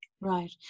Right